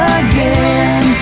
again